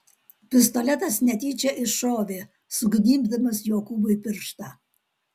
pistoletas netyčia iššovė sugnybdamas jokūbui pirštą